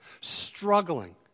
struggling